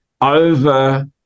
over